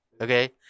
Okay